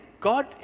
God